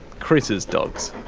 chris's dogs.